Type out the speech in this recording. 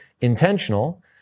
intentional